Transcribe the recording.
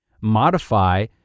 modify